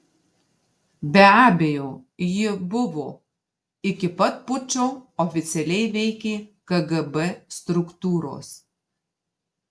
be abejo ji buvo iki pat pučo oficialiai veikė kgb struktūros